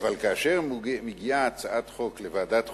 אבל כאשר מגיעה הצעת חוק לוועדת החוקה,